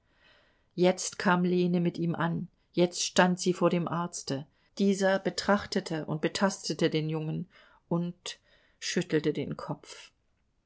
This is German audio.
jetzt kam lene mit ihm an jetzt stand sie vor dem arzte dieser betrachtete und betastete den jungen und schüttelte den kopf